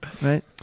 Right